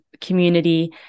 community